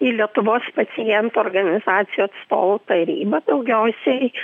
į lietuvos pacientų organizacijų atstovų tarybą daugiausiai